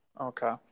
Okay